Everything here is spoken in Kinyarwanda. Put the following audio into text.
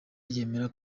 ryemera